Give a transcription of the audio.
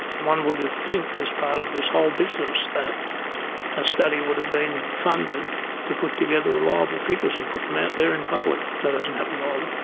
one would ah think that as part of this whole business that a study would have been funded to put together reliable figures and put them out there in public. that hasn't happened either.